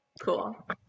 Cool